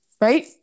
Right